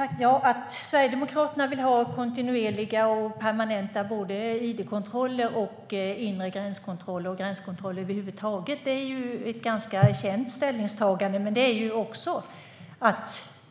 Fru talman! Att Sverigedemokraterna vill ha kontinuerliga och permanenta id-kontroller såväl som inre gränskontroller och gränskontroller över huvud taget är ett ganska välkänt ställningstagande. Ni